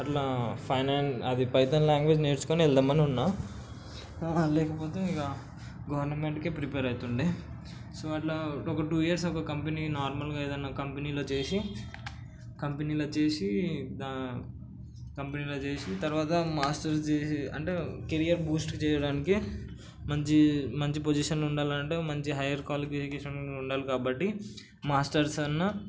అట్లా అది Python language నేర్చుకొని వెళదామని ఉన్న లేకపోతే ఇక గవర్నమెంట్కే ప్రిపేర్ అవుతుండే సో అట్లా ఒక టూ ఇయర్స్ ఒక కంపెనీ నార్మల్గా ఏదైనా కంపెనీలో చేసి కంపెనీలో చేసి కంపెనీలో చేసి తరువాత మాస్టర్స్ చేసి అంటే కెరియర్ బూస్ట్ చేయడానికి మంచి మంచి పొజిషన్లో ఉండాలి అంటే మంచి హైయర్ క్వాలిఫికేషన్ కూడా ఉండాలి కాబట్టి మాస్టర్స్ అన్న